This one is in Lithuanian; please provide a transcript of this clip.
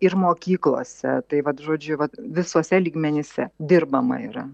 ir mokyklose tai vat žodžiu vat visuose lygmenyse dirbama yra